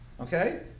okay